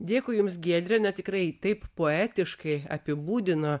dėkui jums giedre ne tikrai taip poetiškai apibūdino